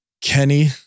Kenny